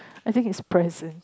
I think it's present